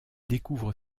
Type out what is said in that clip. découvre